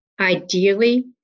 Ideally